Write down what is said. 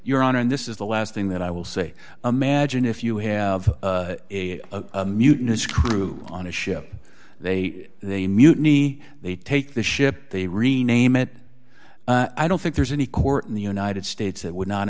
honor and this is the last thing that i will say imagine if you have a mutinous crew on a ship they they mutiny they take the ship they rename it i don't think there's any court in the united states that would not